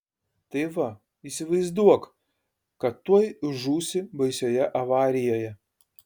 tai va įsivaizduok kad tuoj žūsi baisioje avarijoje